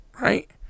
right